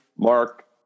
Mark